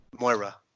Moira